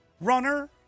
runner